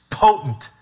potent